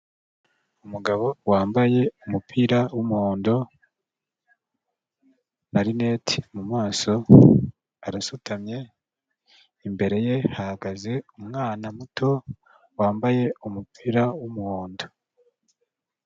Umugabo wambaye umupira w'umuhondo na rinete mu maso arasutamye, imbere ye hahagaze umwana muto wambaye umupira w'umuhondo.